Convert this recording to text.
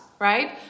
right